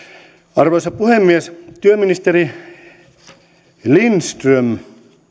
arvoisa puhemies työministeri lindström